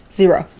Zero